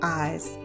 eyes